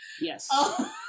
Yes